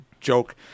joke